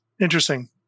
Interesting